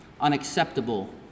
unacceptable